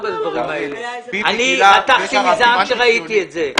אני רתחתי מזעם כשראיתי את זה.